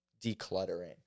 decluttering